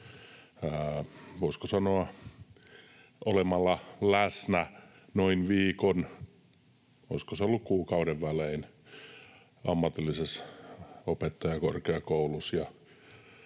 olemalla läsnä noin viikon, olisiko ollut kuukauden välein, ammatillisessa opettajakorkeakoulussa.